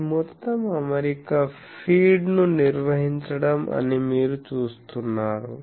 ఈ మొత్తం అమరిక ఫీడ్ను నిర్వహించడం అని మీరు చూస్తున్నారు